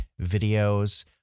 videos